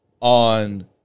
on